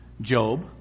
Job